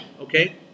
Okay